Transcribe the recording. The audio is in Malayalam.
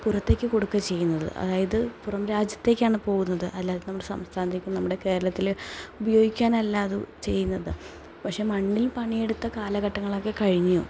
പുറത്തേക്ക് കൊടുക്കുകയാണ് ചെയ്യുന്നത് അതായത് പുറം രാജ്യത്തേക്കാണ് പോവുന്നത് അല്ലാതെ നമ്മുടെ സംസ്ഥാനത്തേക്കും നമ്മുടെ കേരളത്തിൽ ഉപയോഗിക്കാനല്ലാതെ ചെയ്യുന്നത് പക്ഷെ മണ്ണിൽ പണിയെടുത്ത കാലഘട്ടങ്ങളൊക്കെ കഴിഞ്ഞു